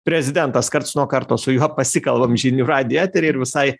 prezidentas karts nuo karto su juo pasikalbam žinių radijo etery ir visai